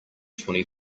twenty